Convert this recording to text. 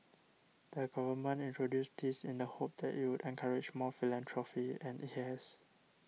the Government introduced this in the hope that it would encourage more philanthropy and it has